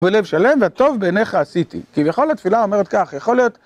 ובלב שלם, והטוב בעיניך עשיתי. כביכול התפילה אומרת כך, יכול להיות